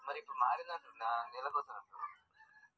bank ఖాతా తీసినప్పుడే మనకు బంకులోల్లు సెక్కు బుక్కులిత్తరు